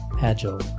agile